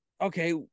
okay